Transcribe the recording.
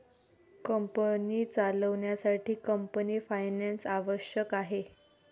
company चालवण्यासाठी company finance आवश्यक आहे